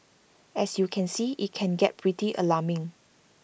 as you can see IT can get pretty alarming